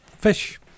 fish